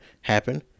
happen